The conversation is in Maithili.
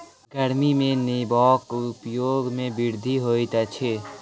गर्मी में नेबोक उपयोग में वृद्धि होइत अछि